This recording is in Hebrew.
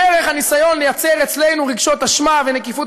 דרך הניסיון לייצר אצלנו רגשות אשמה ונקיפות